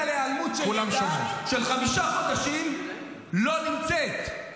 להיעלמות של ילדה שחמישה חודשים לא נמצאת.